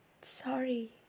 sorry